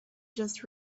just